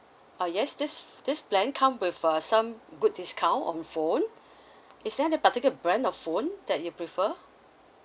ah yes this this plan come with uh some good discount on phone is there any particular brand of phone that you prefer